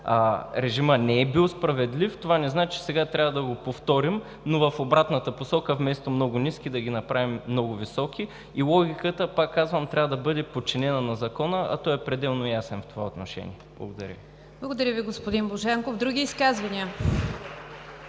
режимът не е бил справедлив, това не значи, че сега трябва да го повторим, но в обратната посока – вместо много ниски да ги направим много високи. И логиката, пак казвам, трябва да бъде подчинена на Закона, а той е пределно ясен в това отношение. Благодаря Ви. (Ръкопляскания от „БСП за